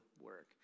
work